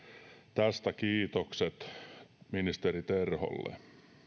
tästä kiitokset ministeri terholle